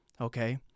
Okay